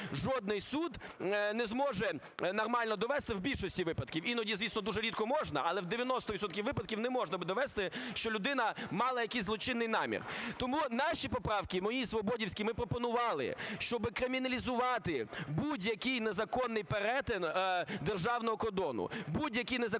жодний суд не зможе нормально довести, в більшості випадків, іноді, звісно, дуже рідко можна, але в 90 відсотків випадків не можна довести, що людина мала якийсь злочинний намір. Тому наші поправки, мої і свободівські, ми пропонували, щоби криміналізувати будь-який незаконний перетин державного кордону. Будь-який незаконний перетин